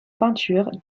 peinture